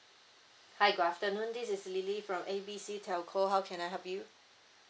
hi good afternoon this is lily from A B C telco how can I help you